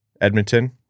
Edmonton